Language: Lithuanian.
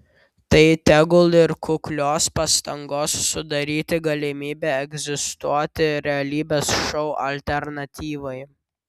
tai tegul ir kuklios pastangos sudaryti galimybę egzistuoti realybės šou alternatyvai